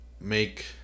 make